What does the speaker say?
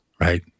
right